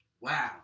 Wow